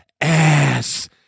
ass